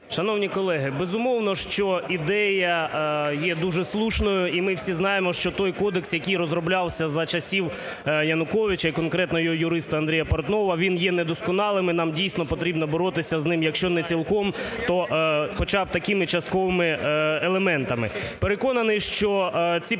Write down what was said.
Шановні колеги, безумовно, що ідея є дуже слушною. І ми всі знаємо, що той кодекс, який розроблявся за часів Януковича і конкретно юриста Андрія Портного, він є недосконалим, і нам, дійсно, потрібно боротися з ним, якщо не цілком, то хоча б такими частковими елементами. Переконаний, що ці